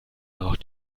nach